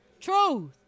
Truth